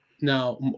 Now